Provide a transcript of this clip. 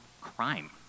crime